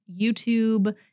YouTube